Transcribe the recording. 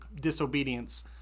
disobedience